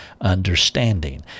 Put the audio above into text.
understanding